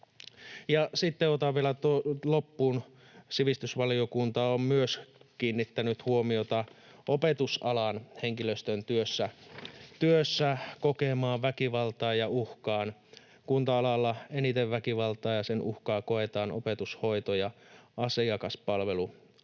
sitten vielä otan loppuun, että sivistysvaliokunta on myös kiinnittänyt huomiota opetusalan henkilöstön työssä kokemaan väkivaltaan ja uhkaan: kunta-alalla eniten väkivaltaa ja sen uhkaa koetaan opetus‑, hoito- ja asiakaspalveluammateissa.